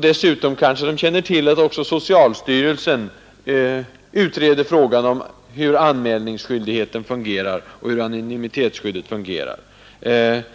Dessutom kanske de känner till att också socialstyrelsen utreder frågan om hur anmälningsskyldigheten och anonymitetsskyddet fungerar.